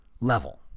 level